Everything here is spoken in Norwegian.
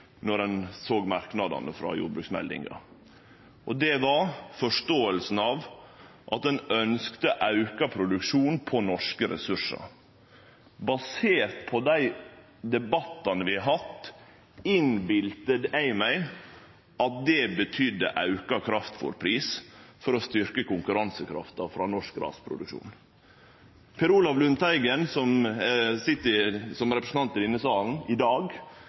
ønskte auka produksjon på norske ressursar. Basert på dei debattane vi har hatt, innbilte eg meg at det betydde auka kraftfôrpris for å styrkje konkurransekrafta til norsk grasproduksjon. Per Olaf Lundteigen, som sit som representant i denne salen i dag,